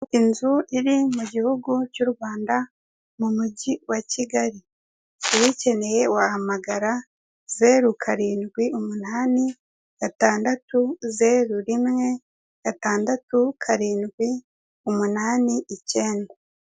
Inzu iri mu gihugu cy'u Rwanda mu mugi wa Kigali uyikeneye wahamagara zero karindwi umunani gatandatu zeru rimwe gatandatu karindwi umunani ikenda.